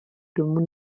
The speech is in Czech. domu